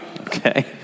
Okay